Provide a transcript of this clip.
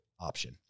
option